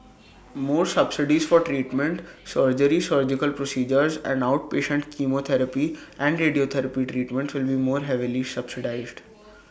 more subsidies for treatment surgery surgical procedures and outpatient chemotherapy and radiotherapy treatments will be more heavily subsidised